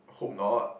hope not